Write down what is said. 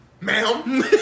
Ma'am